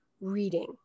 reading